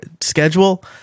schedule